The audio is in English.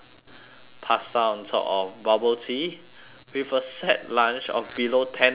pasta on top of bubble tea with a set lunch of below ten dollars